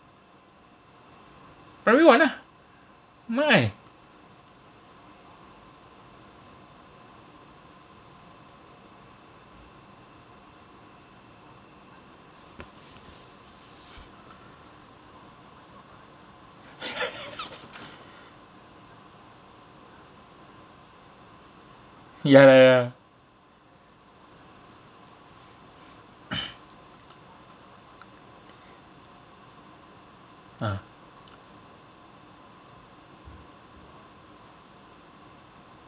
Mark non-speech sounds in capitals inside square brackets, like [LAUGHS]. primary one ah my [LAUGHS] ya lah ya [NOISE] ah